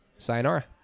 Sayonara